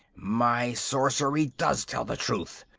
my sorcery does tell the truth!